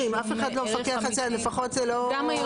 אם אף אחד לא מפקח על זה, לפחות זה לא גורע.